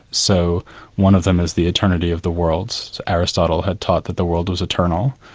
so one of them is the eternity of the world. aristotle had taught that the world is eternal,